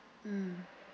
mm